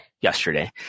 yesterday